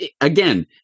again